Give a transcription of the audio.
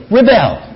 rebel